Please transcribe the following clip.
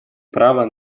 права